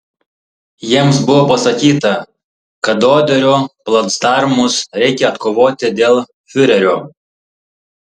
jiems buvo pasakyta kad oderio placdarmus reikia atkovoti dėl fiurerio